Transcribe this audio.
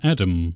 Adam